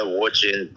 watching